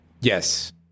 Yes